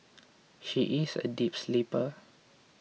she is a deep sleeper